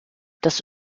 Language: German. das